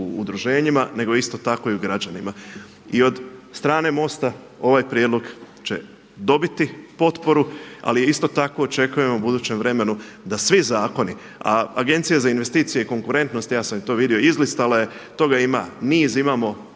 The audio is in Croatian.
u udruženjima, nego isto tako i građanima. I od strane MOST-a ovaj prijedlog će dobiti potporu, ali isto tako očekujemo u budućem vremenu da svi zakoni, a Agencije za investicije i konkurentnost ja sam i to vidio izlistala je, toga ima niz. Imamo